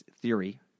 theory